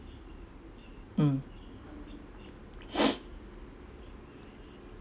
mm